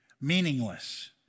meaningless